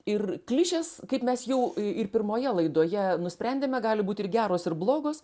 ir klišės kaip mes jau ir pirmoje laidoje nusprendėme gali būt ir geros ir blogos